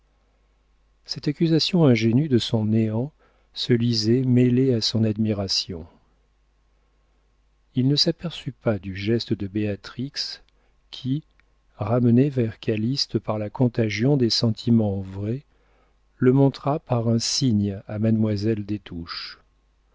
cette accusation ingénue de son néant se lisait mêlée à son admiration il ne s'aperçut pas du geste de béatrix qui ramenée vers calyste par la contagion des sentiments vrais le montra par un signe à mademoiselle